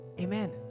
amen